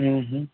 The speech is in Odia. ଉଁ ହୁଁ